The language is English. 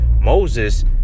moses